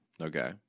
okay